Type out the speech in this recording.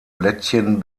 blättchen